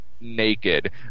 naked